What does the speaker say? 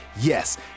yes